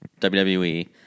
WWE